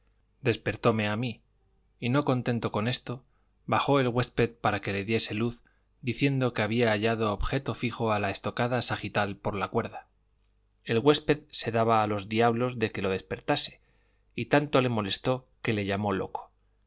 disparates despertóme a mí y no contento con esto bajó el huésped para que le diese luz diciendo que había hallado objeto fijo a la estocada sagital por la cuerda el huésped se daba a los diablos de que lo despertase y tanto le molestó que le llamó loco